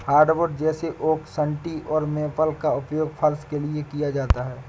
hardwood जैसे oak सन्टी और मेपल का उपयोग फर्श के लिए किया जाता है